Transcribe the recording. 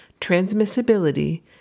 transmissibility